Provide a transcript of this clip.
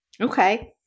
Okay